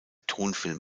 tonfilm